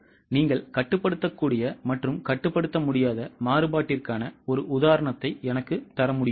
நீங்கள் கட்டுப்படுத்தக்கூடிய மற்றும் கட்டுப்படுத்த முடியாத மாறுபாட்டிற்கான ஒரு உதாரணத்தை எனக்குத் தர முடியுமா